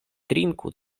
trinku